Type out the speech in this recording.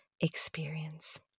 experience